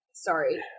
Sorry